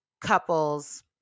couples